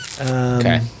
Okay